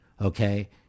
okay